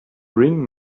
ring